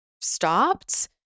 stopped